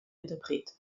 interpret